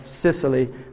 Sicily